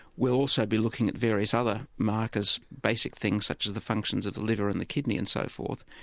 we'll also be looking at various other markers, basic things such as the functions of the liver and the kidney and so forth.